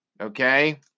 Okay